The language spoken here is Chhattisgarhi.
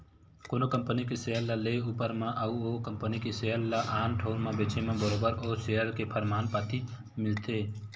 कोनो कंपनी के सेयर ल लेए ऊपर म अउ ओ कंपनी के सेयर ल आन ठउर म बेंचे म बरोबर ओ सेयर के परमान पाती मिलथे